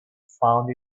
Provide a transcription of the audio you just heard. found